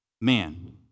man